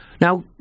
Now